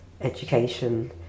education